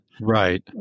right